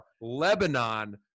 Lebanon